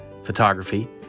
photography